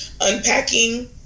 unpacking